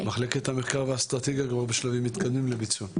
מחלקת המחקר והאסטרטגיה כבר בשלבים מתקדמים לביצוע.